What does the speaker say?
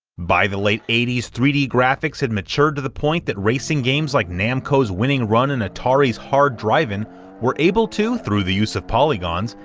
by the late eighty s, three d graphics had matured to the point that racing games like namco's winning run and atari's hard drivin' were able to, through the use of polygons,